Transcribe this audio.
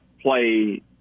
play